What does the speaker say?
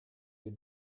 you